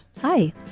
Hi